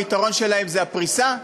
היתרון שלהם זה הפריסה,